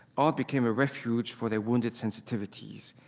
art became a refuge for their wounded sensitivities.